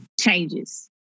changes